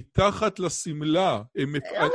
מתחת לשמלה. לא